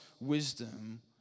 wisdom